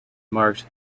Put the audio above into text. marked